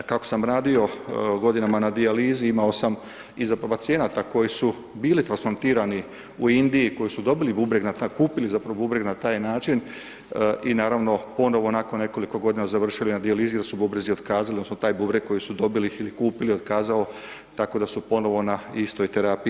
Kako sam radio godinama na dijalizi, imao sam … [[Govornik se ne razumije]] pacijenata koji su bili transplantirani u Indiji, koji su dobili bubreg, kupili zapravo bubreg na taj način i naravno, ponovo nakon nekoliko godina završili na dijalizi jer su bubrezi otkazali odnosno taj bubreg koji su dobili ili kupili, otkazao, tako da su ponovo na istoj terapiji.